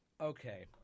Okay